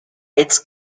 its